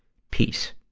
peace.